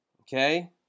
okay